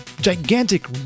gigantic